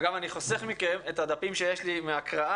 אגב, אני חוסך מכם את הדפים שיש לי מהקראה